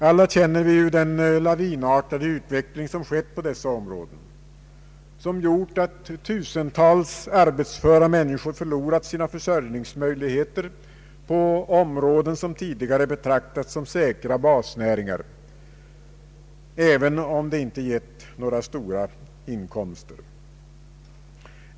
Alla känner vi den lavinartade utveckling som skett på dessa områden och som gjort att tusentals arbetsföra människor förlorat sina försörjningsmöjligheter på områden, vilka tidigare betraktats som säkra basnäringar, även om de inte gett några stora inkomster.